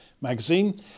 magazine